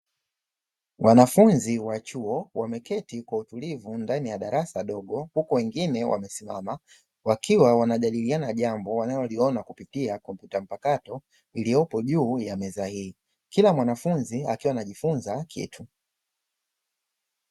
Wanafunzi wa chuo wameketi kwa utulivu ndani ya darasa dogo huku wengine wamesimama, wakiwa wanajadiliana jambo wanaloliona kupitia kompyuta mpakato iliyopo juu ya meza hii. Kila mwanafunzi akiwa anajifunza kitu.